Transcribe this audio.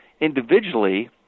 individually